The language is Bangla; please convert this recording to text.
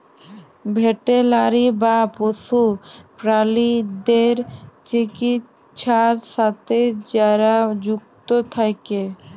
ভেটেলারি বা পশু প্রালিদ্যার চিকিৎছার সাথে যারা যুক্ত থাক্যে